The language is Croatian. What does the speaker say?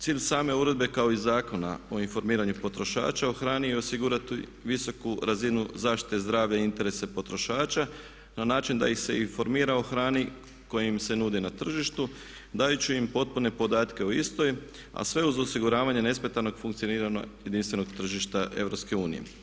Cilj same uredbe kao i zakona o informiranju potrošača o hrani je osigurati visoku razinu zaštite zdravlja i interese potrošača na način da ih se informira o hrani koja im se nudi na tržištu dajući im potpune podatke o istoj a sve uz osiguravanje nesmetanog funkcioniranja jedinstvenog tržišta EU.